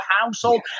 household